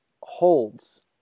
holds